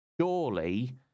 surely